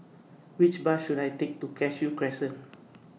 Which Bus should I Take to Cashew Crescent